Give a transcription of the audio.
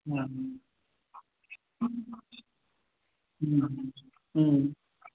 आम्